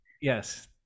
Yes